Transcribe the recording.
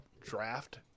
draft